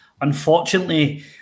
Unfortunately